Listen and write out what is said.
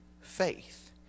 faith